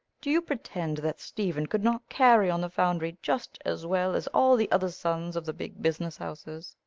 do you pretend that stephen could not carry on the foundry just as well as all the other sons of the big business houses?